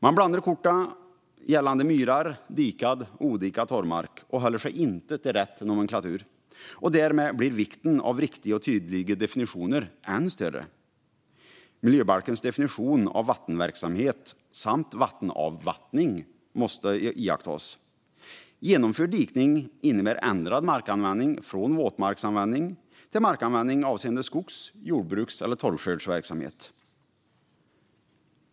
Man blandar korten gällande myrar och dikad och odikad torvmark och håller sig inte till rätt nomenklatur, och därmed blir vikten av riktiga och tydliga definitioner än större. Miljöbalkens definition av vattenverksamhet samt markavvattning måste iakttas. Genomförd dikning innebär ändrad markanvändning från våtmarksanvändning till markanvändning avseende skogsbruks-, jordbruks eller torvskördsverksamhet.